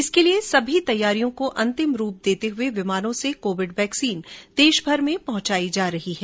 इसके लिए सभी तैयारियां को अंतिम रूप देते हए विमानों से कोविड वैक्सीन देशभर में पहुंचाई जा रही है